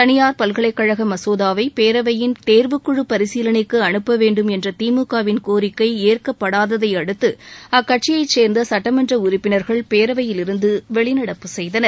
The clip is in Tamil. தளியார் பல்கலைக்கழக மசோதாவை பேரவையின் தேர்வுக்குழு பரிசீலனைக்கு அனுப்பவேண்டும் என்ற திமுகவின் கோரிக்கை ஏற்கப்படாததை அடுத்து அக்கட்சியைச்சேர்ந்த சட்டமன்ற உறுப்பினர்கள் பேரவையிலிருந்து வெளிநடப்பு செய்தனர்